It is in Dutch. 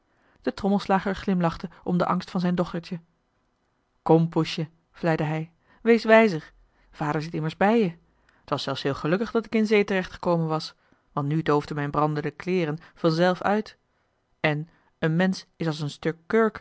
de trommelslager glimlachte om den angst van zijn dochtertje kom poesje vleide hij wees wijzer vader zit immers bij je t was zelfs heel gelukkig dat ik in zee terecht gekomen was want nu doofden mijn brandende kleeren vanzelf uit en een mensch is als een stuk